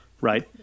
Right